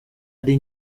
ari